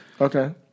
Okay